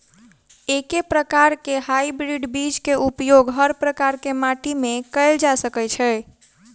एके प्रकार केँ हाइब्रिड बीज केँ उपयोग हर प्रकार केँ माटि मे कैल जा सकय छै?